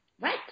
Right